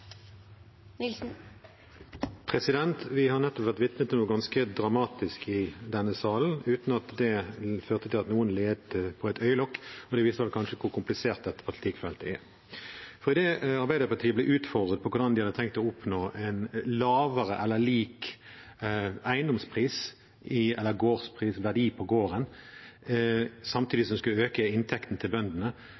Vi har nettopp vært vitne til noe ganske dramatisk i denne salen uten at det førte til at noen leet på et øyelokk, og det viser vel hvor komplisert dette politikkfeltet er. For idet Arbeiderpartiet ble utfordret på hvordan de har tenkt å oppnå en lavere eller lik eiendomspris, eller verdi på gården, samtidig